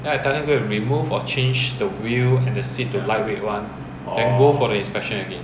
then I tell him go and remove or change the wheel and the seat to lightweight [one] then go for the inspection again